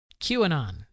QAnon